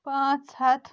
پانٛژھ ہتھ